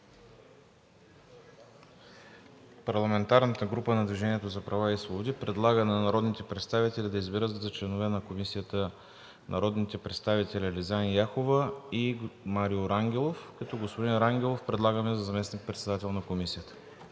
Парламентарната група на „Движение за права и свободи“ предлага на народните представители да изберат за членове на Комисията народните представители Ализан Яхова и Марио Рангелов, като господин Рангелов предлагаме за заместник-председател на Комисията.